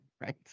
right